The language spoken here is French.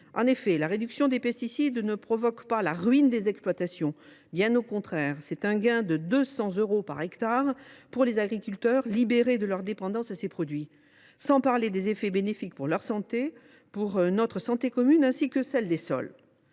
En effet, la réduction des pesticides ne provoque pas la ruine des exploitations. Bien au contraire, elle représente un gain de 200 euros par hectare pour les agriculteurs libérés de leur dépendance à ces produits. Et je ne parle pas des effets bénéfiques pour leur santé, pour notre santé à tous et pour celle des sols.